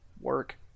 work